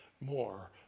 more